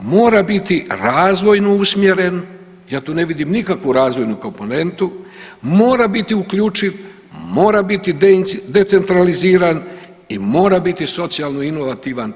Mora biti razvojno usmjeren, ja tu ne vidim nikakvu razvojnu komponentu, mora biti uključiv, mora biti decentraliziran i mora biti socijalno inovativan.